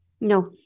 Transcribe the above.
No